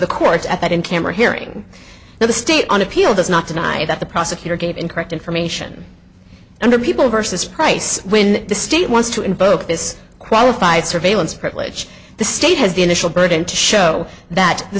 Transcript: the courts at that in camera hearing in the state on appeal does not deny that the prosecutor gave incorrect information under people versus price when the state wants to invoke this qualified surveillance privilege the state has the initial burden to show that the